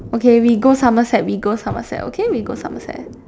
okay we go Somerset we go Somerset okay we go Somerset